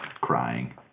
crying